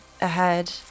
ahead